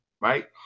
right